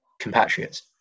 compatriots